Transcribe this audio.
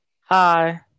hi